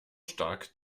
stark